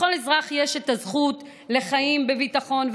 לכל אזרח יש את הזכות לחיים בביטחון,